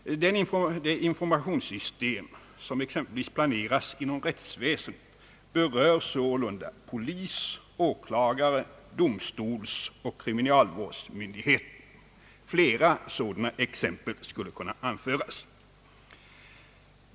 Det informationssystem som exempelvis planeras inom rättsväsendet berör sålunda polis-, åklagare-, domstolsoch kriminalvårdsmyndigheter. Flera sådana exempel skulle kunna anföras.